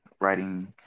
writing